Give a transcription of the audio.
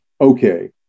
okay